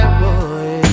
boy